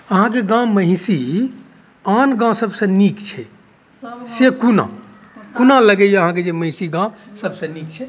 अहाँकेँ गाम मेहषी आन गाम सभसे नीक छै से कोना कोना लगैया जे मेहषी गाम सभसे नीक छै